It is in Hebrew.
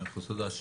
מאה אחוז, תודה.